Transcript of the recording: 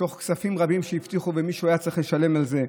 תוך כספים רבים שהבטיחו ומישהו היה צריך לשלם על זה,